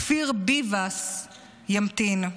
כפיר ביבס ימתין,